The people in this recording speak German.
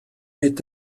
mit